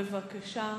בבקשה,